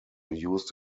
used